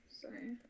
sorry